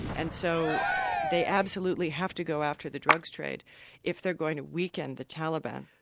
and so they absolutely have to go after the drugs trade if they're going to weaken the taliban.